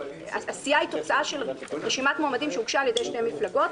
הסיעה היא תוצאה של רשימת מועמדים שהוגשה על ידי שתי מפלגות,